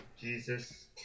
Jesus